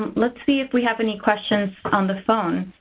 let's see if we have any questions on the phone.